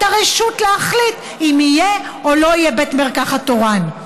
הרְשות להחליט אם יהיה או לא יהיה בית מרקחת תורן.